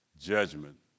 judgment